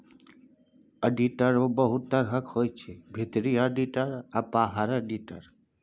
आडिटरो बहुत तरहक होइ छै भीतरी आडिटर आ बाहरी आडिटर